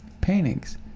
paintings